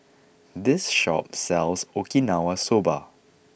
this shop sells Okinawa soba